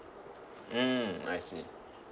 mm I see